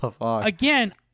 again